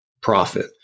profit